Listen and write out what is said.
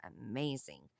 amazing